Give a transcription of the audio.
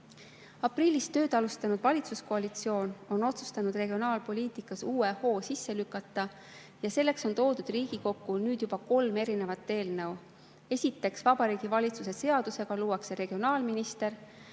Aprillis tööd alustanud valitsuskoalitsioon on otsustanud regionaalpoliitikas uue hoo sisse lükata ja selleks on toodud Riigikokku nüüd juba kolm erinevat eelnõu. Esiteks, Vabariigi Valitsuse seaduse [muutmisega] luuakse Regionaal[ministeerium],